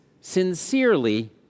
sincerely